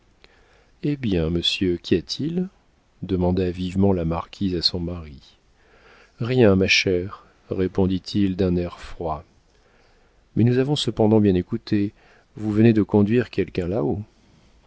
hé bien monsieur qu'y a-t-il demanda vivement la marquise à son mari rien ma chère répondit-il d'un air froid mais nous avons cependant bien écouté vous venez de conduire quelqu'un là-haut